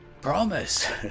promise